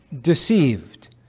deceived